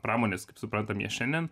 pramonės kaip suprantam ją šiandien